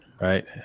right